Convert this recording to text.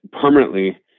permanently